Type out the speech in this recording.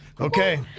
Okay